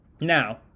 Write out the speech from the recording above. Now